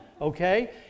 okay